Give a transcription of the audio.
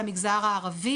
במגזר הערבי,